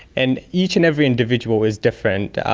and each and every individual is different.